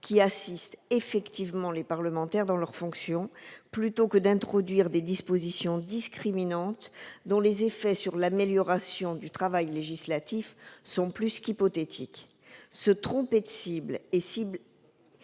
assistant effectivement les parlementaires dans leurs fonctions, au lieu d'introduire des dispositions discriminantes dont les effets sur l'amélioration du travail législatif sont plus qu'hypothétiques. Se tromper de priorité et cibler